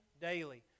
daily